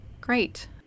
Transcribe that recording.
Great